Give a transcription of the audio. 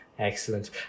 Excellent